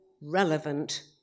relevant